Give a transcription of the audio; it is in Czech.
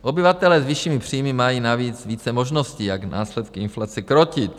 Obyvatelé s vyššími příjmy mají navíc více možností, jak následky inflace krotit.